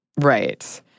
Right